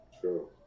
True